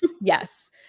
yes